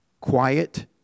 quiet